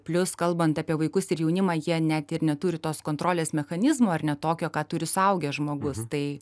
plius kalbant apie vaikus ir jaunimą jie net ir neturi tos kontrolės mechanizmo ar ne tokio ką turi suaugęs žmogus tai